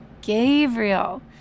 Gabriel